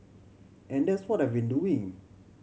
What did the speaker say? and that's what I've been doing